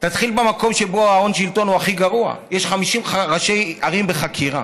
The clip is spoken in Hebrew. תתחיל במקום שבו ההון שלטון הוא הכי גרוע: יש 50 ראשי ערים בחקירה.